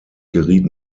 geriet